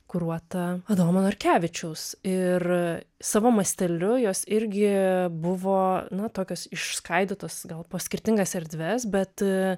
kuruota adomo narkevičiaus ir savo masteliu jos irgi buvo na tokios išskaidytos gal po skirtingas erdves bet